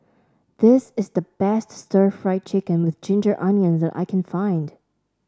this is the best Stir Fried Chicken with Ginger Onions that I can find